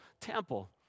temple